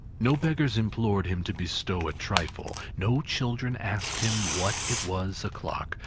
no beggars implored him to bestow a trifle, no children asked him what it was o'clock,